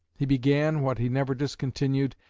he began, what he never discontinued,